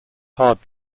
hard